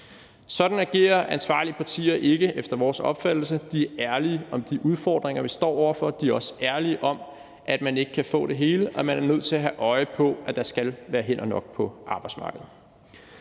Sådan agerer ansvarlige partier ikke efter vores opfattelse. De er ærlige om de udfordringer, vi står over for, og de er også ærlige om, at man ikke kan få det hele, og at man er nødt til at have øje på, at der skal være hænder nok på arbejdsmarkedet.